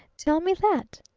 tell me that!